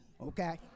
okay